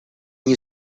you